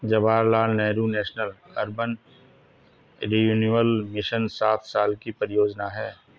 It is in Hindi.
Jawaharlal Nehru national urban renewal mission सात साल की परियोजना है